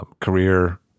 career